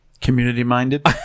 Community-minded